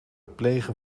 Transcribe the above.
plegen